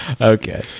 okay